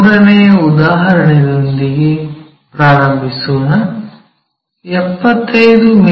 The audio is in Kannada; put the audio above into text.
ಮೂರನೆಯ ಉದಾಹರಣೆಯೊಂದಿಗೆ ಪ್ರಾರಂಭಿಸೋಣ ಆ 75 ಮಿ